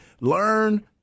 Learn